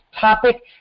topic